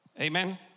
Amen